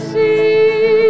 see